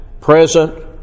present